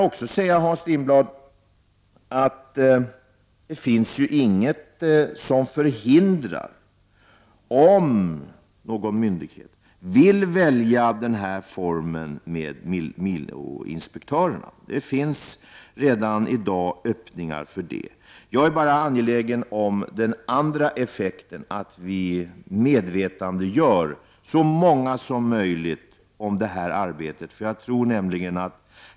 Det finns ju inget som hindrar någon myndighet att välja den här formen med miloinspektörerna. Det finns redan i dag öppningar för det. Jag är bara angelägen om den andra effekten, att vi skall medvetandegöra det här arbetet för så många som möjligt.